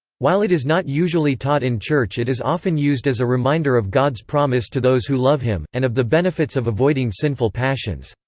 while it is not usually taught in church it is often used as a reminder of god's promise to those who love him, and of the benefits of avoiding sinful passions.